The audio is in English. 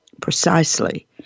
precisely